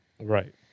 Right